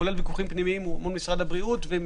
כולל ויכוחים פנימיים מול משרד הבריאות ועם